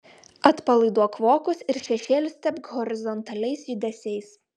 atpalaiduok vokus ir šešėlius tepk horizontaliais judesiais